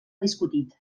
discutit